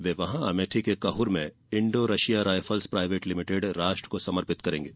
वे अमेठी के कहुर में Indo Russia Rifles Private Limited राष्ट्र को समर्पित करेंगे